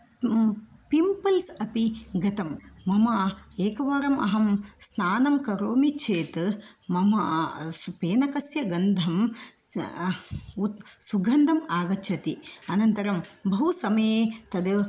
pimples अपि गतम् मम एकवारं अहम् स्नानं करोमि चेत् मम फेनकस्य् गन्धं उत् सुगन्धम् आगच्छति अनन्तरं बहु समये तद्